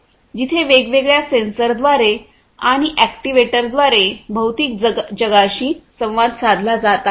जिथे वेगवेगळ्या सेन्सरद्वारे आणि एक्टिवेटरद्वारे भौतिक जगाशी संवाद साधला जात आहे